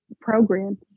program